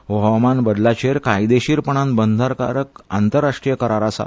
हो हवामान बदलाचेर कायदेशीरपणान बंधनकारक आंतरराष्ट्रीय करार आसा